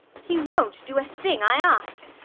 he won't do a thing i ask!